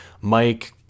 Mike